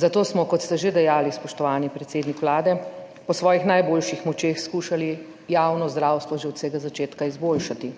Zato smo, kot ste že dejali, spoštovani predsednik Vlade, po svojih najboljših močeh skušali javno zdravstvo že od vsega začetka izboljšati,